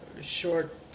short